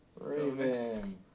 Raven